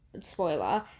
spoiler